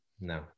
no